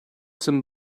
some